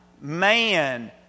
man